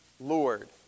Lord